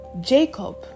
Jacob